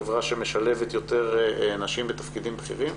חברה שמשלבת יותר נשים בתפקידים בכירים,